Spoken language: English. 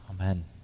Amen